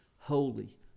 holy